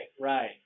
right